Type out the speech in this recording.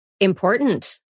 important